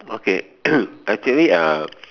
okay actually uh